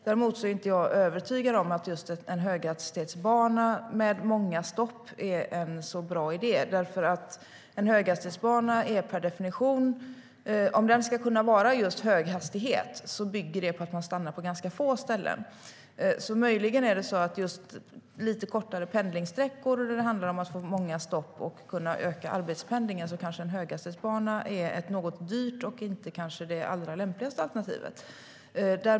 Däremot är jag inte övertygad om att just en höghastighetsbana med många stopp skulle vara en så bra idé. Om en bana ska kunna ha en hög hastighet bygger det på att man stannar på ganska få ställen. Möjligen är det så att en höghastighetsbana är ett något dyrt alternativ och kanske inte det allra lämpligaste på lite kortare pendlingssträckor där det handlar om att få många stopp och kunna öka arbetspendlingen.